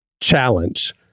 challenge